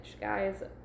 Guys